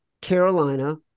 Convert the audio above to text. Carolina